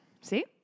See